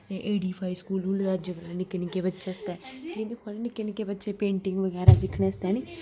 ए डी फाई स्कूल खुल्ले दा निक्के निक्के बच्चें आस्तै निक्के निक्के बच्चे पेटिंग बगैरा सिक्खने आस्तै है नी